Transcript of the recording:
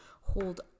hold